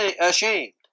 ashamed